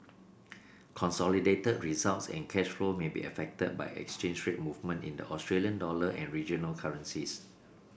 consolidated results and cash flow may be affected by exchange rate movement in the Australian dollar and regional currencies